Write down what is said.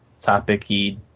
topic-y